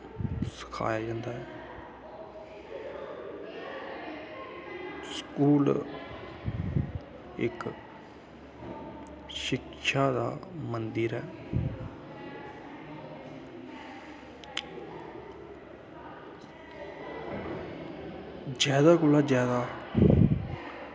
सखाया जंदा ऐ स्कूल इक शिक्षा दा मन्दिर ऐ जादा कोला जादा